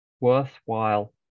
worthwhile